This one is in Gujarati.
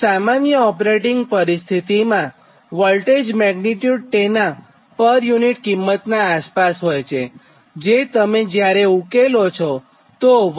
તો સામાન્ય ઓપરેટિંગ પરિસ્થિતિમાં વોલ્ટેજ મેગ્નીટ્યુડ તેનાં પર યુનિટ કિંમતનાં આસપાસ હોય છેજે તમે જ્યારે ઉકેલો તો 1